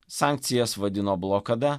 sankcijas vadino blokada